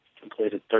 completed